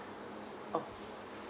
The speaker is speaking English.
oh